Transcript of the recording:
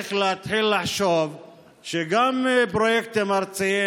צריך להתחיל לחשוב שגם פרויקטים ארציים